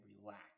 relax